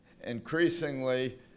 increasingly